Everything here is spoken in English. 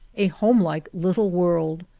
a home-like little world.